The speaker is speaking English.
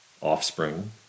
offspring